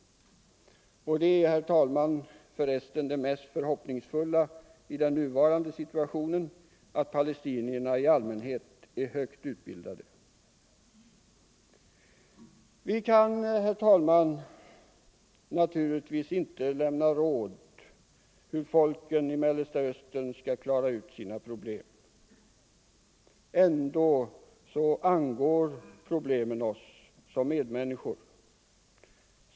Det är förresten det mest förhoppningsfulla i den nuvarande situationen att palestinierna i allmänhet är högt utbildade. Vi kan naturligtvis inte lämna råd hur folken i Mellersta Östern skall klara ut sina problem. Ändå angår problemen oss — som medmänniskor.